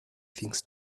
things